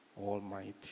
Almighty